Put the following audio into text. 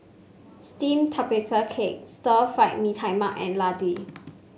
steamed Tapioca Cake Stir Fried Mee Tai Mak and Laddu